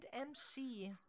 mc